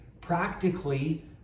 Practically